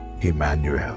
emmanuel